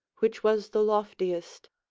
which was the loftiest,